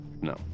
No